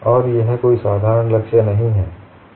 और यह कोई साधारण लक्ष्य नहीं है